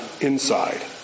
inside